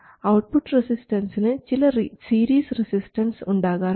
output റെസിസ്റ്റൻസിന് ചില series resistance ഉണ്ടാകാറുണ്ട്